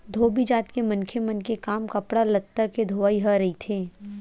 धोबी जात के मनखे मन के काम कपड़ा लत्ता के धोवई ह रहिथे